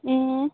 ए